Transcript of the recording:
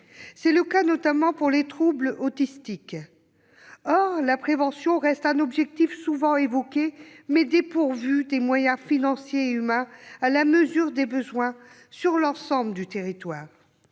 C'est le cas notamment pour les troubles autistiques. Or la prévention est un objectif souvent évoqué, mais qui reste dépourvu des moyens financiers et humains à la mesure des besoins que nous constatons sur l'ensemble du territoire.